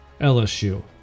LSU